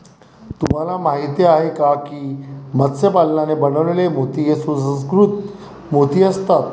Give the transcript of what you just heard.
तुम्हाला माहिती आहे का की मत्स्य पालनाने बनवलेले मोती हे सुसंस्कृत मोती असतात